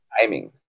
timing